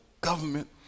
government